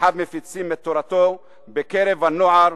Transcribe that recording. שליחיו מפיצים את תורתו בקרב הנוער,